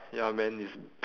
ya man it's